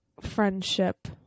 friendship